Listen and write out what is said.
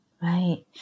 Right